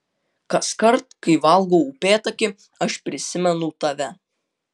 kaskart kai valgau upėtakį aš prisimenu tave